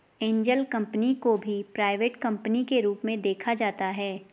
angel company को भी private company के रूप में देखा जाता है